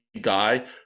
guy